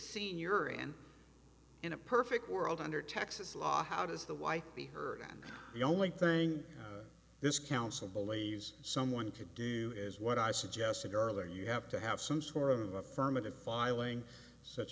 senior and in a perfect world under texas law how does the like be heard and the only thing this council believes someone could do is what i suggested earlier you have to have some sort of affirmative filing such